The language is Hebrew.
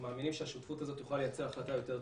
אנחנו מאמינים שהשותפות הזאת תוכל לייצר החלטה יותר טובה.